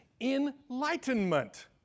enlightenment